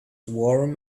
warm